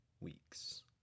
weeks